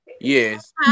Yes